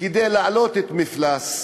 להעלות את מפלס הגזענות.